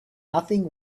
nothing